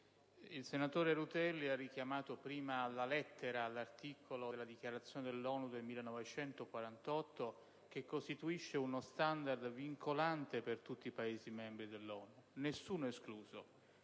il senatore Rutelli ha richiamato poc'anzi la Dichiarazione dell'ONU del 1948 che costituisce uno standard vincolante per tutti i Paesi membri dell'ONU, nessuno escluso: